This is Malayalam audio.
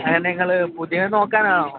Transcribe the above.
അ നിങ്ങൾ പുതിയത് നോക്കാനാണോ